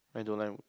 I don't like